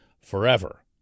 forever